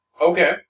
Okay